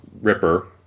Ripper